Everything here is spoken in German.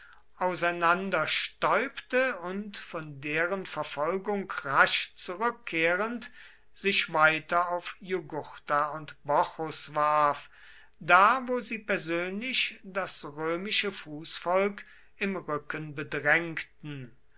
auseinanderstäubte und von deren verfolgung rasch zurückkehrend sich weiter auf jugurtha und bocchus warf da wo sie persönlich das römische fußvolk im rücken bedrängten